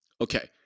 Okay